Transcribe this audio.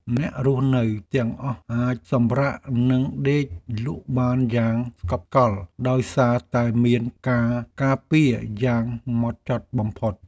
អ្នករស់នៅទាំងអស់អាចសម្រាកនិងដេកលក់បានយ៉ាងស្កប់ស្កល់ដោយសារតែមានការការពារយ៉ាងម៉ត់ចត់បំផុត។